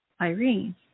Irene